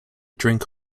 drink